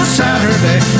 saturday